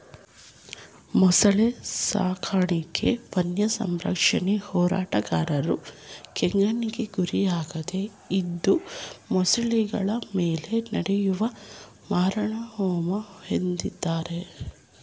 ಮೊಸಳೆ ಸಾಕಾಣಿಕೆ ವನ್ಯಸಂರಕ್ಷಣಾ ಹೋರಾಟಗಾರರ ಕೆಂಗಣ್ಣಿಗೆ ಗುರಿಯಾಗಿದೆ ಇದು ಮೊಸಳೆಗಳ ಮೇಲೆ ನಡೆಯುವ ಮಾರಣಹೋಮ ಎಂದಿದ್ದಾರೆ